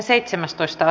asia